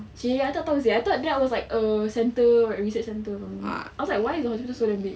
!chey! I tak tahu seh I thought that was like a centre research centre or something I was like why this hospital is so damn big